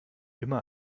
immer